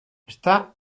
está